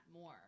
more